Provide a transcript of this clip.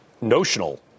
notional